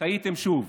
טעיתם שוב.